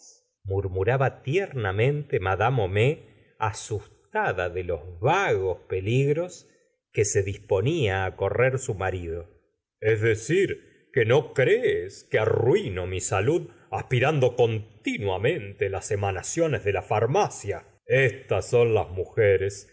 murmuraba tiernamente mad homais asustada de los vagos peligros que se disponía á correr su marido es decir que no crees que arruino mi salud aspirando continuamente las emanaciones de la far gustavo flaubert macia estas son las mujeres